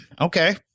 Okay